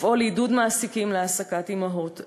לפעול לעידוד מעסיקים להעסקת אימהות.